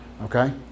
Okay